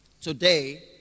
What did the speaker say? Today